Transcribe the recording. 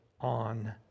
on